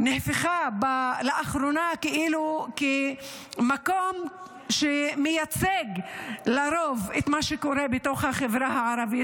הפכה לאחרונה למקום שמייצג לרוב את מה שקורה בתוך החברה הערבית.